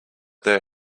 their